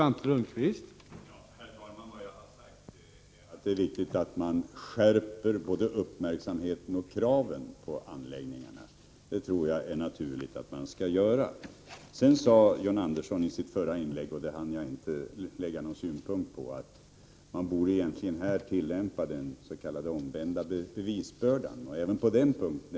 Herr talman! Vad jag har sagt är att det är viktigt att skärpa både uppmärksamheten och kraven på anläggningarna. Det tycker jag är naturligt. I ett tidigare inlägg sade John Andersson — det hann jag inte anlägga några synpunkter på — att man egentligen borde tillämpa den s.k. omvända bevisbördan. Även på den punkten är vi överens.